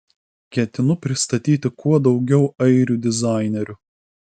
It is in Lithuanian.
ketinu pristatyti kuo daugiau airių dizainerių